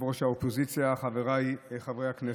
ראש האופוזיציה, חבריי חברי הכנסת,